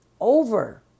over